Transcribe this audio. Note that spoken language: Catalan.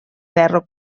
ferro